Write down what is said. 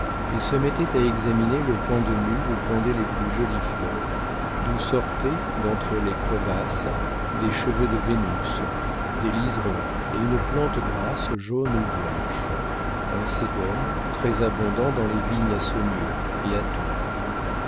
et se mettait à examiner le pan de mur où pendaient les plus jolies fleurs d'où sortaient d'entre les crevasses des cheveux de vénus des liserons et une plante grasse jaune ou blanche un sedum très abondant dans les vignes à saumur et à tours